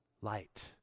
Light